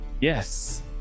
yes